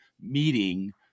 meeting